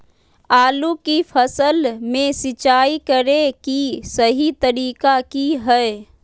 आलू की फसल में सिंचाई करें कि सही तरीका की हय?